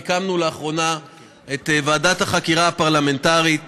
הקמנו לאחרונה את ועדת החקירה הפרלמנטרית